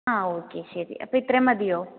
ആ ഓക്കേ ശരി അപ്പോൾ ഇത്രയും മതിയോ